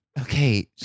Okay